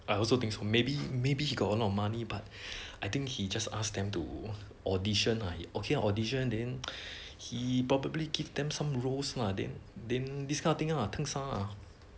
I also think so maybe maybe he got a lot of money but I think he just ask them to audition uh okay audition then he probably give them some roles lah then then this kind of thing ah things ah